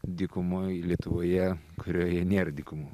dykumoj lietuvoje kurioje nėr dykumų